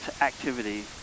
activity